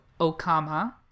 Okama